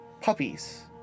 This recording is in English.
Puppies